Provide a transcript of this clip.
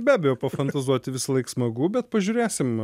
be abejo pafantazuoti visąlaik smagu bet pažiūrėsim